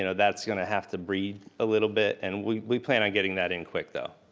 you know that's going to have to breeze a little bit. and we plan on getting that in quick though.